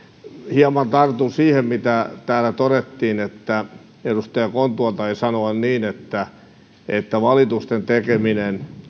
hieman tartun siihen mitä täällä todettiin edustaja kontula taisi sanoa niin että että valitusten tekeminen